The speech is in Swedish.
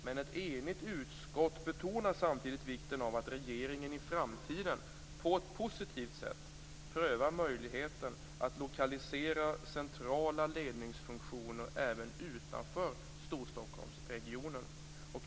Men ett enigt utskott betonar samtidigt vikten av att regeringen i framtiden på ett positivt sätt prövar möjligheten att lokalisera centrala ledningsfunktioner även utanför Storstockholmsregionen.